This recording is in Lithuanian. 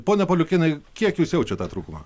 pone pauliukėnai kiek jūs jaučiat tą trūkumą